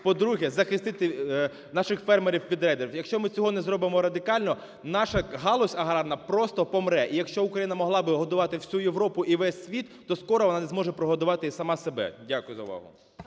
по-друге, захистити наших фермерів від рейдерів. Якщо ми цього не зробимо радикально, наша галузь агарна просто помре. І якщо Україна могла би годувати всю Європу і весь світ, то скоро вона не зможе прогодувати і сама себе. Дякую за увагу